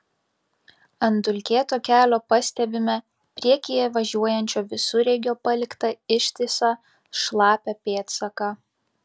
ant dulkėto kelio pastebime priekyje važiuojančio visureigio paliktą ištisą šlapią pėdsaką